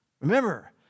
Remember